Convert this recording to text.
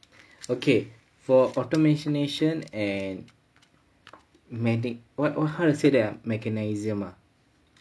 okay for automation nation and medic what or how to say there are mechanism ah